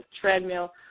treadmill